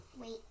Wait